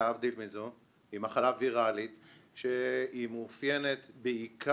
הנושא הוא חשד להרעלת בעלי חיים בפארק